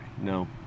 No